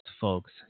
folks